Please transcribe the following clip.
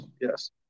yes